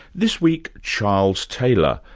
this week, charles taylor,